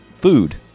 food